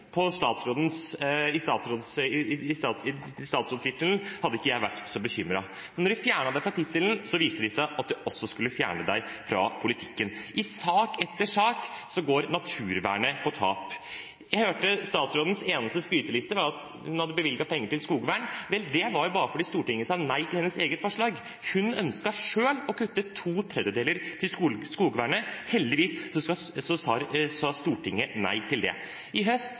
på tap. Jeg hørte at statsrådens eneste skryteliste var at hun hadde bevilget penger til skogvern. Vel, det var bare fordi Stortinget sa nei til hennes eget forslag. Hun ønsket selv å kutte to tredjedeler til skogvernet. Heldigvis sa Stortinget nei til det. I høst